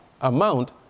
amount